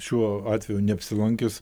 šiuo atveju neapsilankius